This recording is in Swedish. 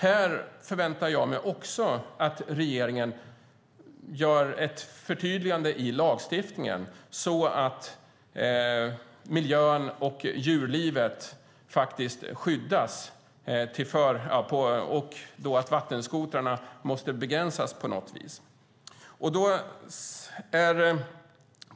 Här förväntar jag mig att regeringen gör ett förtydligande i lagstiftningen, så att miljön och djurlivet skyddas. Vattenskotrarna måste begränsas på något vis.